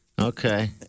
Okay